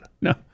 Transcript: No